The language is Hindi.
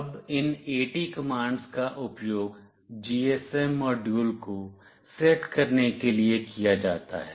अब इन एटी कमांड्स का उपयोग जीएसएम मॉड्यूल को सेट करने के लिए किया जाता है